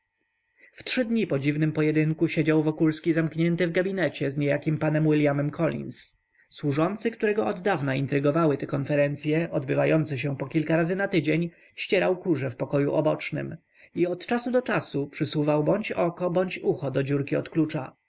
w trzy dni po dziwnym pojedynku siedział wokulski zamknięty w gabinecie z niejakim panem wiliamem colins służący którego oddawna intrygowały te konferencye odbywające się po kilka razy na tydzień ścierał kurze w pokoju obocznym i od czasu do czasu przysuwał bądź oko bądź ucho do dziurki od klucza